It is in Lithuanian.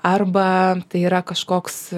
arba tai yra kažkoks